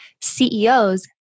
CEOs